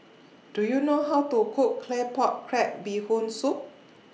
Do YOU know How to Cook Claypot Crab Bee Hoon Soup